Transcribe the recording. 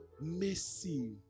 mercy